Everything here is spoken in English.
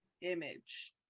image